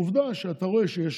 ועובדה שאתה רואה שיש